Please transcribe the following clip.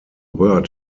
word